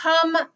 come